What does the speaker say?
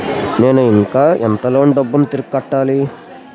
నేను ఇంకా ఎంత లోన్ డబ్బును తిరిగి కట్టాలి?